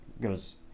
goes